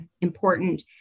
important